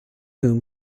whom